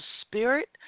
spirit